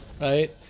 right